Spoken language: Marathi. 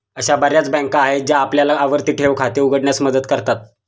अशा बर्याच बँका आहेत ज्या आपल्याला आवर्ती ठेव खाते उघडण्यास मदत करतात